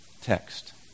text